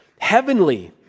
heavenly